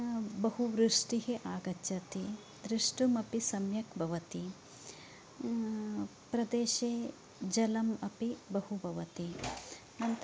बहु वृष्टिः आगच्छति द्रष्टुम् अपि सम्यक् भवति प्रदेशे जलम् अपि बहु भवति अनन्तरं